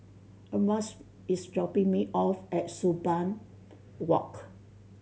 Erasmus is dropping me off at Sumang Walk